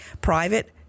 private